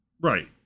Right